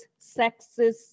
sexist